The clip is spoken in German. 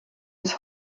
bis